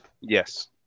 Yes